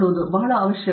ಮೂರ್ತಿ ಹೌದು ಬಹಳ ಅವಶ್ಯಕ